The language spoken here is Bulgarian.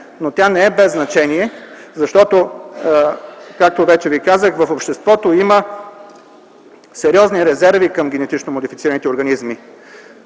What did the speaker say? но тя не е без значение, защото както вече ви казах, в обществото има сериозни резерви към генетично модифицираните организми.